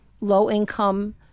low-income